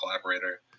collaborator